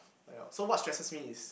well so what stresses me is